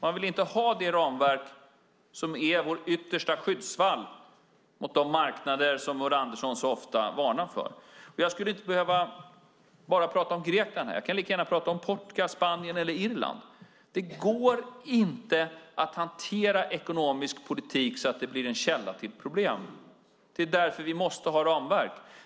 Man vill inte ha det ramverk som är vår yttersta skyddsvall mot de marknader som Ulla Andersson så ofta varnar för. Jag behöver inte prata om bara Grekland. Jag kan lika gärna prata om Portugal, Spanien eller Irland. Det går inte att hantera ekonomisk politik så att det blir en källa till problem. Det är därför vi måste ha ramverk.